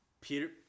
Peter